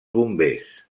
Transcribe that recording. bombers